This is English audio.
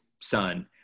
son